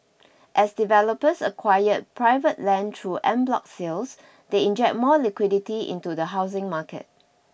as developers acquire private land through en bloc sales they inject more liquidity into the housing market